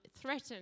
threatened